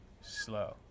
slow